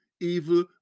evil